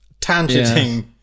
Tangenting